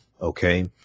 Okay